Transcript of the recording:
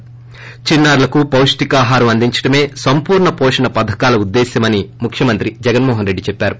థి చిన్నారులకు పపషికాహారం అందించడమే సంపూర్ణ పోషణ పథకాల ఉద్దేశ్వమని ముఖ్యమంత్రి జగన్మోహన్రెడ్డి చెప్పారు